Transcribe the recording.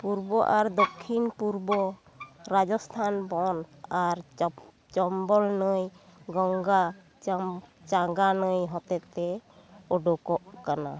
ᱯᱩᱨᱵᱚ ᱟᱨ ᱫᱚᱠᱷᱤᱱ ᱯᱩᱨᱵᱚ ᱨᱟᱡᱚᱥᱛᱷᱟᱱ ᱵᱚᱱ ᱟᱨ ᱪᱚᱢᱵᱚᱞ ᱱᱟᱹᱭ ᱜᱚᱝᱜᱟ ᱪᱟᱸᱜᱟ ᱱᱟᱹᱭ ᱦᱚᱛᱮᱛᱮ ᱳᱰᱳᱠᱚᱜ ᱠᱟᱱᱟ